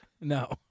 No